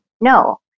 no